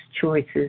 choices